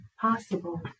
possible